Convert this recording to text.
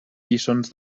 lliçons